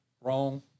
wrong